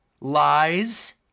Lies